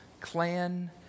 clan